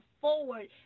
forward